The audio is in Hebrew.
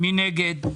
מי נגד?